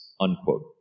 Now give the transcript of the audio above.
Unquote